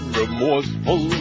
remorseful